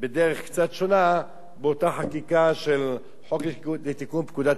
בדרך קצת שונה באותה חקיקה של התיקון לפקודת העיריות.